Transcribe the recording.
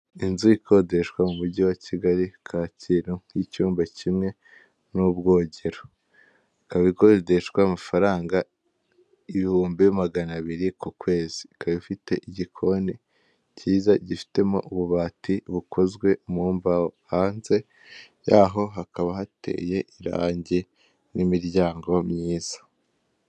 Ikzu ikodeshwa mu mugi wa Kigali Kacyiru, y'icyumba kimwe n'ubwogero. Ikaba ikodeshwa amafaranga ibihumbi magana abiri ku kwezi. Ikaba ifite igikoni kiza gifitemo ububati bukozwe mu mbaho. Hanze yaho hakaba hateye irangi n'imiryango myiza.